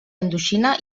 indoxina